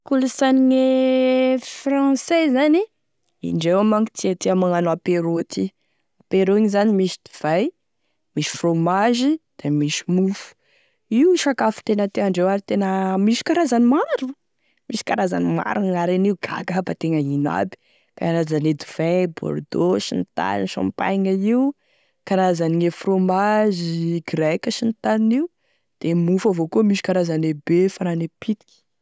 Kolosaine français zany indreo manko tia tia magnano apéro ty, apéro igny zany misy dovay misy fromage da misy mofo, io sakafo tena tiandreo ary tena misy karazany maro misy karazany maro agnarany io, gaga aby antegna ino aby karazane dovay, Bordeaux, sy ny tariny champagne io, karazane fromage grecque sy ny tariny io de gne mofo avao koa misy karazane e be, farane pitiky.